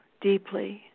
deeply